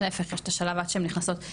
להיפך השלב הבא שהן נכנסות,